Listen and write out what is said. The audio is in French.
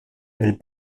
elle